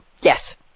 Yes